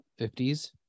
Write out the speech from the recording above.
50s